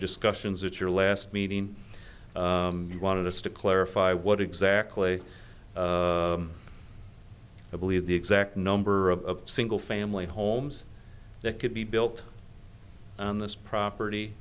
discussions that your last meeting you wanted us to clarify what exactly you believe the exact number of single family homes that could be built this property